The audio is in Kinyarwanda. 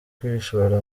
kwishora